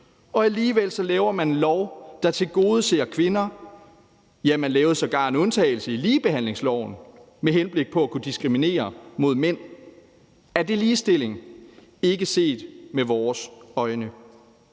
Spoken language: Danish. Alligevel laver man en lov, der tilgodeser kvinder, ja, man lavede sågar en undtagelse i ligebehandlingsloven med henblik på at kunne diskriminere mod mænd. Er det ligestilling? Det er det ikke set med vores øjne.